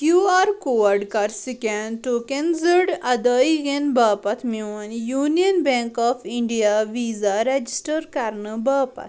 Q R code کَر scan tokenised ادٲیگین باپتھ میون Union Bank of India Visa register کرنہٕ باپتھ